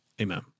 amen